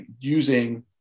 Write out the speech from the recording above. using